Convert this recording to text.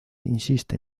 insiste